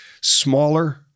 smaller